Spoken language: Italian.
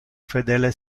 fedele